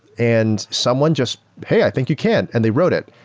and someone just, hey, i think you can, and they wrote it,